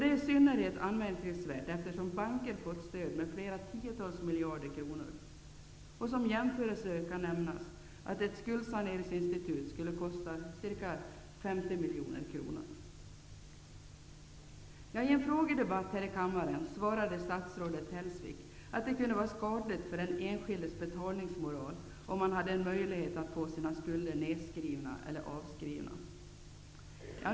Det är anmärkningsvärt, i synnerhet som banker har fått stöd med flera tiotals miljarder kronor. Som jämförelse kan nämnas att ett skuldsaneringsinstitut skulle kosta ca 50 miljoner kronor. I en frågadebatt här i kammaren svarade statsrådet Hellsvik att det kunde vara skadligt för den enskildes betalningsmoral om man hade en möjlighet att få sina skulder nedskrivna eller avskrivna.